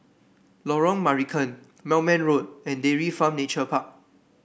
Lorong Marican Moulmein Road and Dairy Farm Nature Park